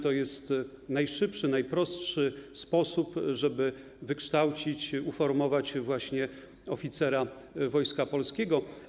To jest najszybszy, najprostszy sposób, żeby wykształcić, uformować właśnie oficera Wojska Polskiego.